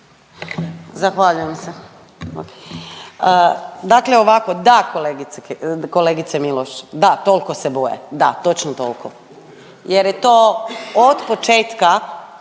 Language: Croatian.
Zahvaljujem se. Dakle ovako, da kolegice Miloš, da toliko se boje. Da točno toliko jer je to od početka